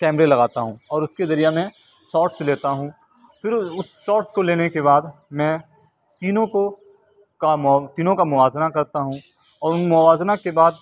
کیمرے لگاتا ہوں اور اس کے ذریعہ میں شاٹس لیتا ہوں پھر اس شاٹش کو لینے کے بعد میں تینوں کو کام وام تینوں کا موازنہ کرتا ہوں اور ان موازنہ کے بعد